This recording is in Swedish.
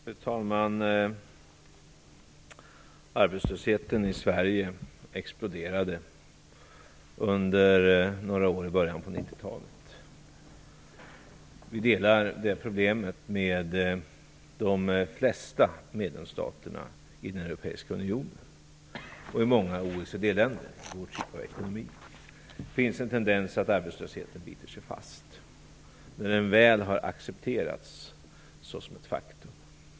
Fru talman! Arbetslösheten i Sverige exploderade under några år i början av 90-talet. Vi delar detta problem med de flesta av medlemsstaterna i den europeiska unionen och med många OECD-länder. Det finns en tendens att arbetslösheten biter sig fast när den väl har accepterats som ett faktum.